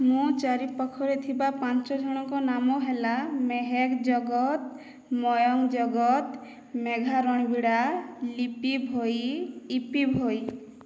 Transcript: ମୋ ଚାରି ପାଖରେ ଥିବା ପାଞ୍ଚ ଜଣଙ୍କ ନାମ ହେଲା ମେହେର ଜଗତ ମୟଙ୍କ ଜଗତ ମେଘା ରଣିବିଡ଼ା ଲିପି ଭୋଇ ଇପି ଭୋଇ